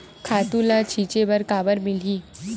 खातु ल छिंचे बर काबर मिलही?